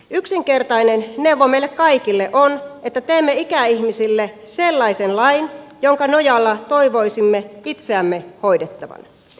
yksinkertainen neuvo meille kaikille on että teemme ikäihmisille sellaisen lain jonka nojalla toivoisimme itseämme hoidettavan